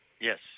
Yes